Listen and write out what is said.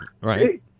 Right